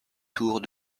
tours